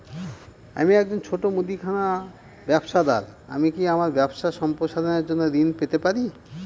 আমি একজন ছোট মুদিখানা ব্যবসাদার আমি কি আমার ব্যবসা সম্প্রসারণের জন্য ঋণ পেতে পারি?